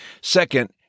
Second